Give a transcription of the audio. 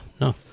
no